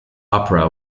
opera